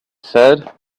said